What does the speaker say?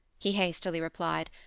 he hastily replied.